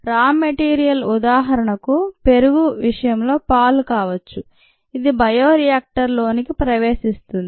రా మెటీరియల్ ఉదాహరణకు పెరుగు విషయంలో పాలు కావచ్చు ఇది బయోరియాక్టర్ లోనికి ప్రవేశిస్తుంది